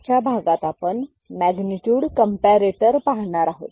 आजच्या भागात आपण मॅग्निट्यूड कंपॅरेटर पाहणार आहोत